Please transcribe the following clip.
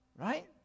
Right